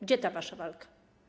Gdzie ta wasza walka?